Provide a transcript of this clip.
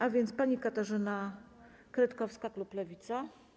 A więc pani Katarzyna Kretkowska, klub Lewica.